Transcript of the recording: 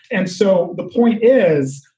and so the point is,